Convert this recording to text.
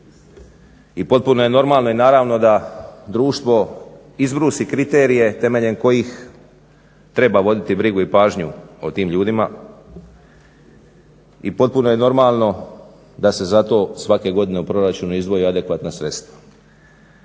I potpuno je normalno i naravno da društvo izbrusi kriterije temeljem kojih treba voditi brigu i pažnju o tim ljudima i potpuno je normalno da se za to svake godine u proračunu izdvoje adekvatna sredstva.